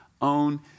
own